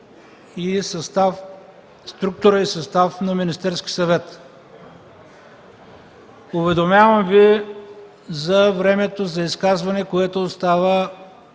и структура и състав на Министерския съвет. Уведомявам Ви за времето за изказвания, което остава